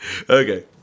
okay